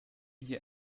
hier